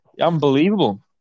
Unbelievable